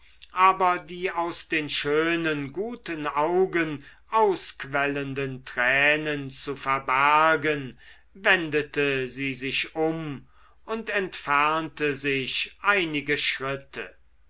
aber die aus den schönen guten augen ausquellenden tränen zu verbergen wendete sie sich um und entfernte sich einige schritte